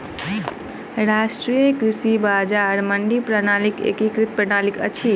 राष्ट्रीय कृषि बजार मंडी प्रणालीक एकीकृत प्रणाली अछि